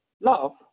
love